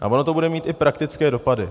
A ono to bude mít i praktické dopady.